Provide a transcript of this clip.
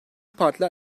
partiler